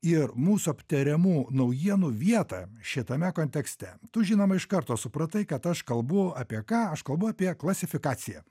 ir mūsų apteriamų naujienų vietą šitame kontekste tu žinoma iš karto supratai kad aš kalbu apie ką aš kalbu apie klasifikaciją